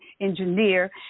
engineer